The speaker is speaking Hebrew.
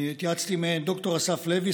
אני התייעצתי עם ד"ר אסף לוי,